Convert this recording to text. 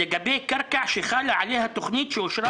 לגבי קרקע שחלה עליה תוכנית שאושרה